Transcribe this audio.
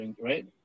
right